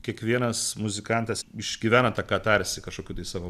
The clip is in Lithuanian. kiekvienas muzikantas išgyvena tą katarsį kažkokiu tai savo